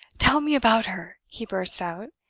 tell me about her! he burst out,